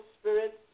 spirits